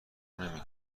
نمی